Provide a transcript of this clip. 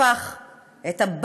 הפך את,